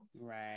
Right